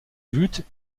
but